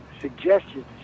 suggestions